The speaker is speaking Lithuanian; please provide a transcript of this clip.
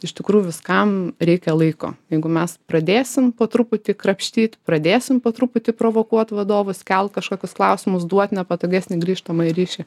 iš tikrųjų viskam reikia laiko jeigu mes pradėsim po truputį krapštyt pradėsim po truputį provokuot vadovus kelt kažkokius klausimus duot nepatogesnį grįžtamąjį ryšį